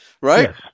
right